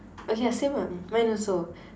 ah yeah same lah mine also